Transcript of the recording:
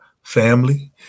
family